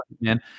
man